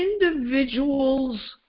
individual's